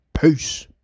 Peace